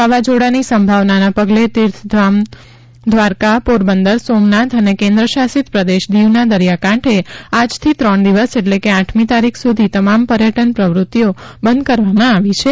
વાવાઝોડાની સંભાવનાના પગલે તીર્થધામ દ્વારકા પોરબંદર સોમનાથ અને કેન્દ્ર શાસિત પ્રદેશ દીવના દરિયાકાંઠે આજથી ત્રણ દિવસ એટલે કે આઠમી તારીખ સુધી તમામ પર્યટન પ્રવૃત્તિઓ બંધ કરવામાં આવી છે